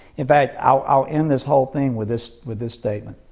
in fact, i'll end this whole thing with this with this statement.